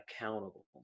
accountable